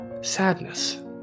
sadness